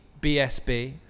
BSB